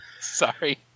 Sorry